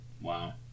Wow